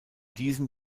diesem